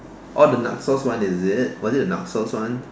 oh the naksos one is it was it the naksos one